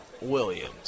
Williams